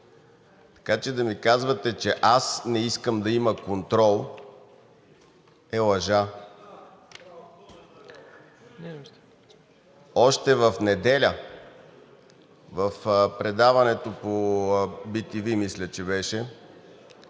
Така че да ми казвате, че аз не искам да има контрол е лъжа. Още в неделя – в предаването по bTV, мисля, че беше,